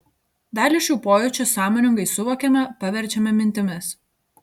dalį šių pojūčių sąmoningai suvokiame paverčiame mintimis